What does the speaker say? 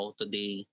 today